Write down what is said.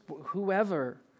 whoever